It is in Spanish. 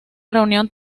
reunión